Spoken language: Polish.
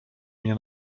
mnie